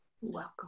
Welcome